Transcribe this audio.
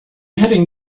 heading